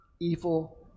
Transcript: evil